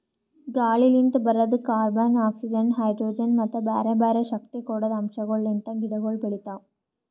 ಗಾಳಿಲಿಂತ್ ಬರದ್ carbon, oxygen, hydrogen ಮತ್ತ ಬ್ಯಾರೆ ಬ್ಯಾರೆ ಶಕ್ತಿ ಕೊಡದ್ ಅಂಶಗೊಳ್ ಲಿಂತ್ ಗಿಡಗೊಳ್ ಬೆಳಿತಾವ್